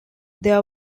there